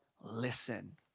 listen